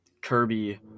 Kirby